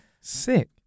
sick